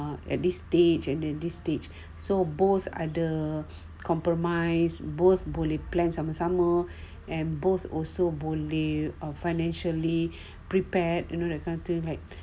at this stage and at this stage so both ada compromise both boleh plan sama-sama and both also boleh you know financially prepared you know that kind of thing